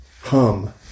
hum